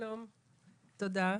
שלום ותודה.